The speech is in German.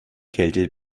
kälte